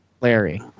Larry